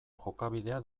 jokabidea